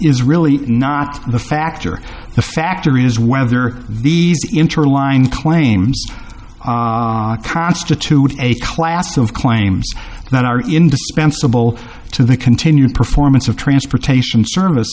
is really not the factor the factor is whether these interline claims constitute a class of claims that are indispensable to the continued performance of transportation service